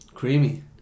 Creamy